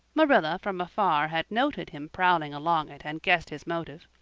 marilla from afar had noted him prowling along it and guessed his motive.